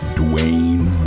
dwayne